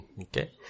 Okay